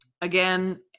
again